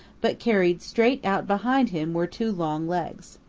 but carried straight out behind him were two long legs.